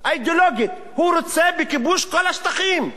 אידיאולוגית הוא רוצה בכיבוש כל השטחים,